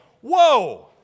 whoa